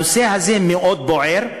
הנושא הזה מאוד בוער.